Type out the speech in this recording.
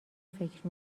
فکر